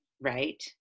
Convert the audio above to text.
right